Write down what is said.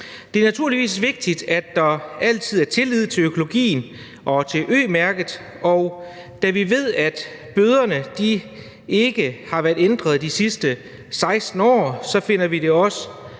Det er naturligvis vigtigt, at der altid er tillid til økologien og til Ø-mærket. Og da vi ved, at bøderne ikke har været ændret de sidste 16 år, finder vi det også